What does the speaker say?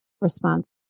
response